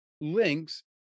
links